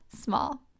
Small